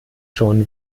schon